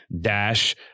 dash